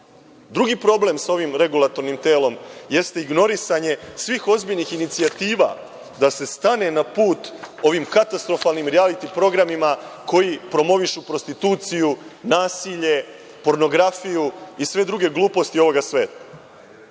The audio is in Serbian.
problem sa ovim regulatornim telom jeste ignorisanje svih ozbiljnih inicijativa da se stane na put ovim katastrofalnim rijaliti programima koji promovišu prostituciju, nasilje, pornografiju i sve druge gluposti ovog sveta.